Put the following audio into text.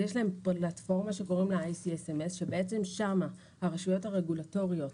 יש להם פלטפורמה שקוראים לה ICSMS שבעצם שם הרשויות הרגולטוריות,